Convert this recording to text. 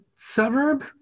Suburb